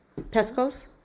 Peskov